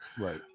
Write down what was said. Right